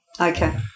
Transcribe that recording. Okay